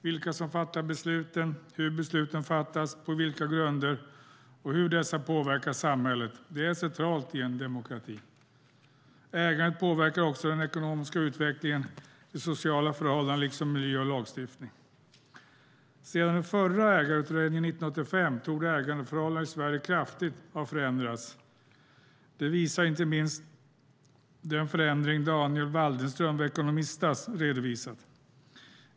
Vilka som fattar besluten, hur besluten fattas, på vilka grunder de fattas och hur de påverkar samhället är centralt i en demokrati. Ägandet påverkar också den ekonomiska utvecklingen, de sociala förhållandena liksom miljön och lagstiftningen. Sedan den förra ägarutredningen 1985 torde ägandeförhållandena i Sverige kraftigt ha förändrats. Det visar inte minst den förändring Daniel Waldenström vid Economistas redovisat.